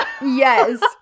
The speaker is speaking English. yes